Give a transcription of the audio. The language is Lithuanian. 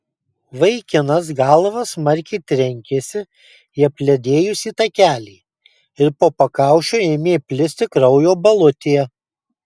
vaikinas galva smarkiai trenkėsi į apledėjusį takelį ir po pakaušiu ėmė plisti kraujo balutė